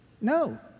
No